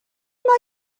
mae